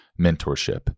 mentorship